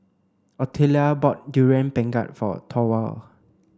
Otelia bought durian pengat for Thorwald